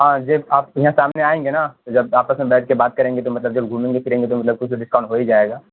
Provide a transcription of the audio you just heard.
ہاں جب آپ یہاں سامنے آئیں گے نا جب آپس میں بیٹھ کے بات کریں گے تو مطلب جب گھومیں گے پھریں گے تو مطلب کچھ ڈسکاؤنٹ ہو ہی جائے گا